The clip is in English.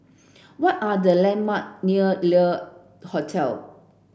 what are the landmark near Le Hotel